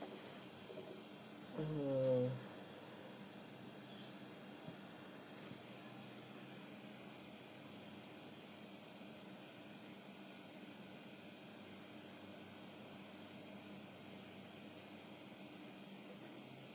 uh